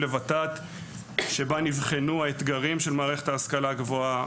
בו נבחנו האתגרים של מערכת ההשכלה הגבוהה,